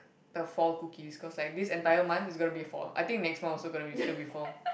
the fall cookies cause like this entire month is gonna to fall I think next month also is gonna be still be fall